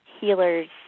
healer's